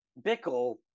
Bickle